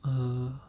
err